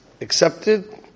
accepted